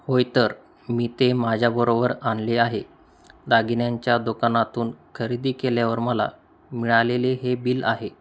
होय तर मी ते माझ्याबरोबर आणले आहे दागिन्यांच्या दुकानातून खरेदी केल्यावर मला मिळालेले हे बिल आहे